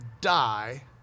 die